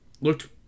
looked